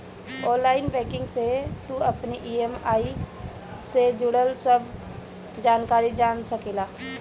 online banking से तू अपनी इ.एम.आई जे जुड़ल सब जानकारी जान सकेला